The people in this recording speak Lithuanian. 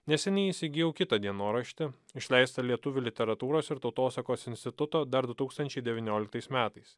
neseniai įsigijau kitą dienoraštį išleistą lietuvių literatūros ir tautosakos instituto dar du tūkstančiai devynioliktais metais